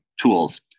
tools